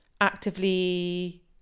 actively